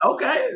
Okay